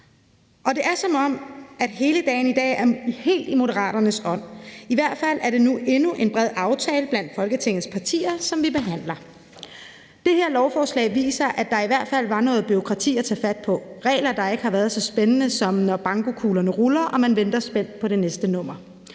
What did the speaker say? Og det er, som om at hele dagen i dag er helt i Moderaternes ånd. I hvert fald er det nu endnu en bred aftale blandt Folketingets partier, som vi behandler. Det her lovforslag viser, at der i hvert fald var noget bureaukrati at tage fat på; regler, der ikke har været så spændende, som når bankokuglerne ruller og man venter spændt på det næste nummer.